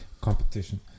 Competition